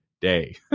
day